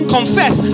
Confess